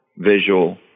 visual